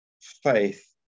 faith